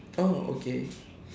oh okay